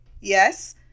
yes